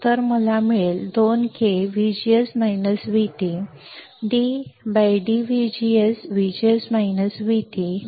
मला मिळेल 2K ddVGS 1 0 येथे माझे मूल्य स्थिर आहे परंतु काहीही नाही